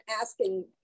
asking